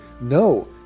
No